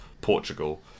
Portugal